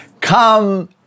Come